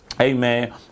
Amen